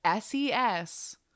SES